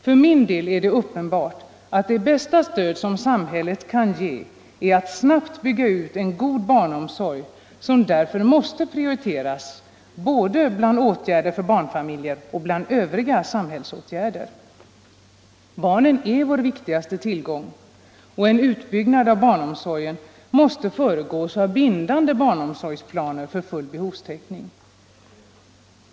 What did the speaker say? För min del är det uppenbart att det bästa stöd som samhället kan ge är att snabbt bygga ut en god barnomsorg, som därför måste prioriteras både bland åtgärder för barnfamiljer och bland övriga samhällsåtgärder. Barnen är vår viktigaste tillgång, och en utbyggnad av barnomsorgen måste föregås av bindande barnomsorgsplaner för full behovstäckning.